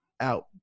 out